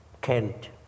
Kent